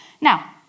Now